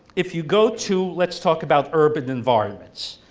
if you go to let's talk about urban environments,